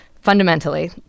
fundamentally